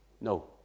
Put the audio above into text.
No